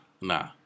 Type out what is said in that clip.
nah